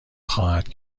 خواهد